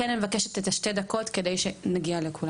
שלום לכולם